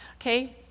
okay